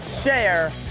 share